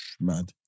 Mad